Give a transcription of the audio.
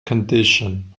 condition